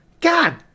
God